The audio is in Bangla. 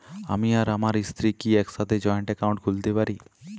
আমি আর আমার স্ত্রী কি একসাথে জয়েন্ট অ্যাকাউন্ট খুলতে পারি?